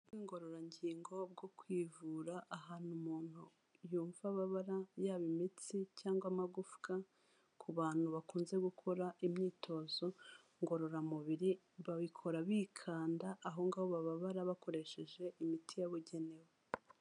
Uburyo ngorororangingo bwo kwivura ahantu umuntu yumva ababara, yaba imitsi cyangwa amagufa, ku bantu bakunze gukora imyitozo ngororamubiri, babikora bikanda aho ngaho bababara, bakoresheje imiti yabugenewe.